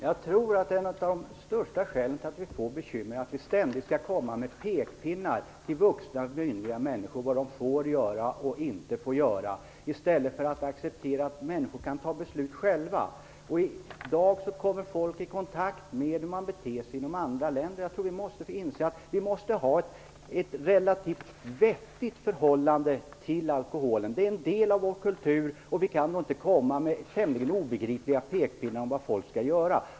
Herr talman! Jag tror att ett av de största skälen till att vi får bekymmer är att vi ständigt skall komma med pekpinnar till vuxna och myndiga människor om vad de får och inte får göra, i stället för att acceptera att människor kan fatta beslut själva. I dag kommer folk i kontakt med hur man beter sig i andra länder. Vi måste inse att vi måste ha ett relativt vettigt förhållande till alkoholen. Den är en del av vår kultur, och vi kan inte komma med tämligen obegripliga pekpinnar om vad folk skall göra.